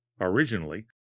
Originally